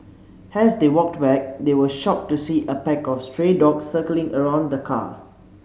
has they walked back they were shocked to see a pack of stray dogs circling around the car